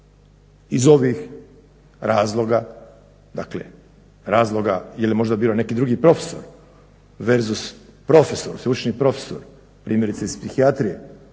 iz ovih razloga, dakle razloga jer je možda birao neki drugi profesor verzus profesor, sveučilišni profesor primjerice iz psihijatrije